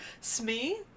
Smee